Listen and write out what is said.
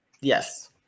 yes